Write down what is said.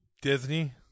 Disney